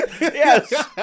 Yes